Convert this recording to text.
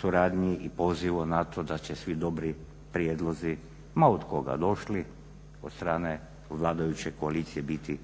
suradnji i pozivu na to da će svi dobri prijedlozi ma od koga došli od strane vladajuće koalicije biti